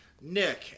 Nick